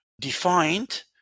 defined